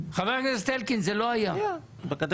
חבר הכנסת אלקין, זה לא היה.